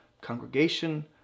congregation